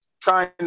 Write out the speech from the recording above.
trying